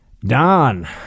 Don